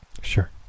Sure